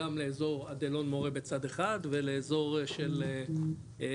גם לאזור אילון מורה בצד אחד ולאזור של אלי,